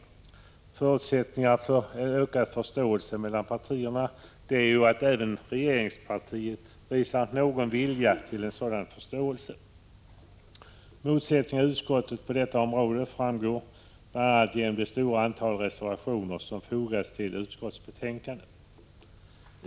En av förutsättningarna för ökad förståelse mellan partierna är att även regeringspartiet visar någon vilja till en sådan förståelse. Motsättningarna i utskottet på dessa områden framgår bl.a. av det stora antalet reservationer som fogats till utskottsbetänkandet.